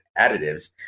additives